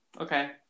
Okay